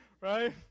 Right